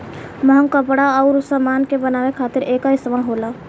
महंग कपड़ा अउर समान के बनावे खातिर एकर इस्तमाल होला